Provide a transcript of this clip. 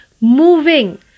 moving